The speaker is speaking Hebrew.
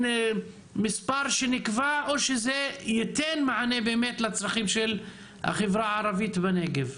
מספר שנקבע או שזה ייתן מענה לצרכים של החברה הערבית בנגב?